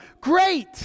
great